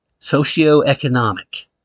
socioeconomic